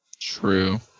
True